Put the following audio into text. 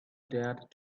dared